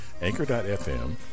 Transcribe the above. Anchor.fm